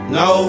no